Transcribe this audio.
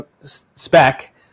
spec